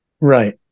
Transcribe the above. Right